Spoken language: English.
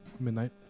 Midnight